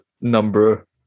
number